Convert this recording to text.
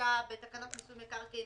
רכישה בתקנות מיסוי מקרקעין